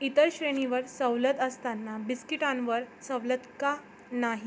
इतर श्रेणीवर सवलत असताना बिस्किटांवर सवलत का नाही